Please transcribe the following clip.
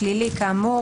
יש פונקציה אצלנו,